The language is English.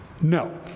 No